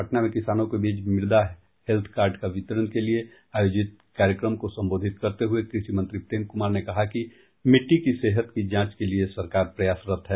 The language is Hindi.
पटना में किसानों के बीच मृदा हेत्थ कार्ड वितरण के लिए आयोजित कार्यक्रम को संबोधित करते हुए कृषि मंत्री प्रेम कुमार ने कहा कि मिट्टी की सेहत की जांच के लिए सरकार प्रयासरत है